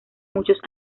muchos